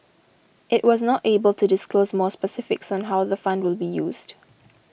it was not able to disclose more specifics on how the fund will be used